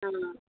అవును